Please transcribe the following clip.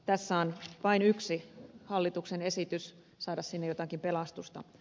tässä on vain yksi hallituksen esitys saada sinne jotakin pelastusta